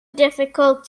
difficult